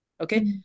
Okay